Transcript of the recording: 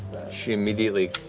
she immediately